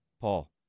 Paul